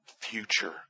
future